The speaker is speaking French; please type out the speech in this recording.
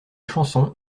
chanson